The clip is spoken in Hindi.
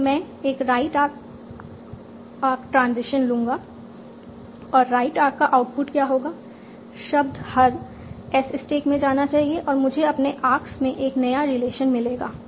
तो मैं एक राइट आर्क ट्रांजिशन लूंगा और राइट आर्क का आउटपुट क्या होगा शब्द हर S स्टैक में जाना चाहिए और मुझे अपने आर्क्स में एक नया रिलेशन मिलेगा